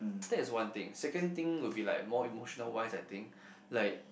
that is one thing second thing will be like more emotional ones I think like